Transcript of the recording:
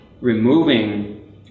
removing